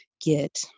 get